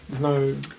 No